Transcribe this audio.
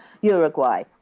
Uruguay